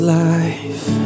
life